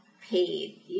paid